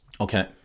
Okay